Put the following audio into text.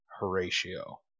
Horatio